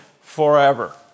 forever